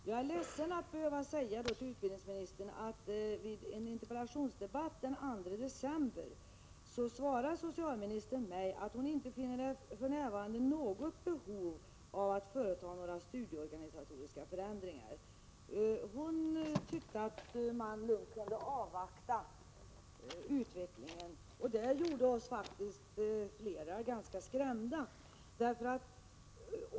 Herr talman! Jag är ledsen över att behöva berätta för utbildningsministern att socialministern vid en interpellationsdebatt den 2 december svarade mig att hon ”för närvarande inte fann något behov av att företa några studieorganisatoriska förändringar”. Hon tyckte att man lugnt kan avvakta utvecklingen. Det gjorde oss faktiskt ganska skrämda.